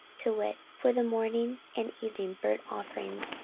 to wit, for the morning and evening burnt offerings,